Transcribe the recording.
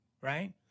right